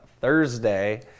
Thursday